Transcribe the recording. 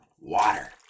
water